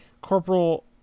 Corporal